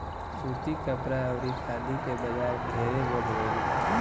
सूती कपड़ा अउरी खादी के बाजार ढेरे बढ़ गईल बा